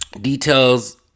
details